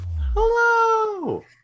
Hello